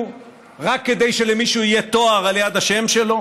רק כדי שלמישהו יהיה תואר ליד השם שלו.